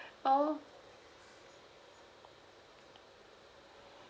oh